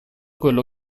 quello